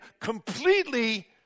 completely